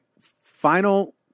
final